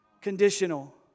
conditional